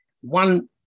one